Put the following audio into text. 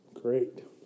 Great